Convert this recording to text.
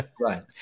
right